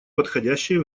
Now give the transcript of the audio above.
подходящее